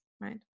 right